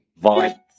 vibe